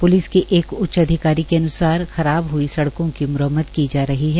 police के एक उच्च अधिकारी के अन्सार खराब हुई सड़कों के मरम्मत की जा रही है